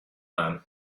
man